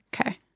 Okay